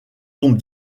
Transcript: tombe